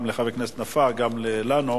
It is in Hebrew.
גם לחבר הכנסת נפאע וגם לנו,